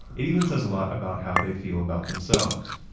it even says a lot about how they feel about themselves